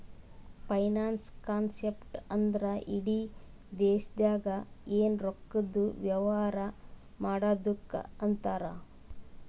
finance concept ಅಂದ್ರ ಇಡಿ ದೇಶ್ದಾಗ್ ಎನ್ ರೊಕ್ಕಾದು ವ್ಯವಾರ ಮಾಡದ್ದುಕ್ ಅಂತಾರ್